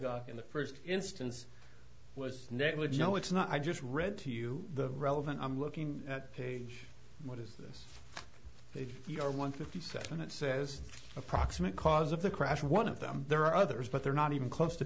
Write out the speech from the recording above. guy in the first instance was negligent no it's not i just read to you the relevant i'm looking at page what is this if you are one fifty seven it says a proximate cause of the crash one of them there are others but they're not even close to